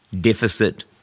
deficit